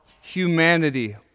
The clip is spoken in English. humanity